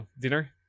dinner